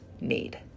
need